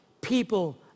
people